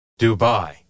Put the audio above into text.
Dubai